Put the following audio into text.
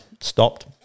stopped